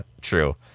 true